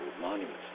monuments